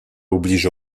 oblige